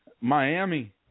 Miami